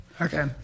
Okay